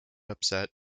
upset